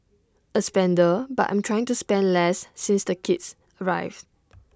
A spender but I'm trying to spend less since the kids arrived